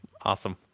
Awesome